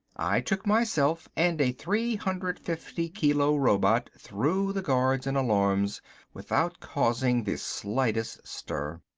i took myself and a three hundred fifty kilo robot through the guards and alarms without causing the slightest stir.